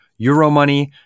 Euromoney